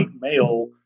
male